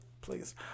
please